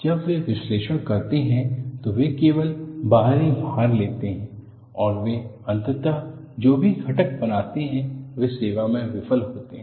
जब वे विश्लेषण करते हैं तो वे केवल बाहरी भार लेते हैं और वे अंततः जो भी घटक बनाते हैं वे सेवा में विफल होते हैं